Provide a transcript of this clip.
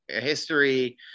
history